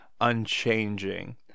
unchanging